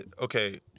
okay